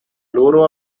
loro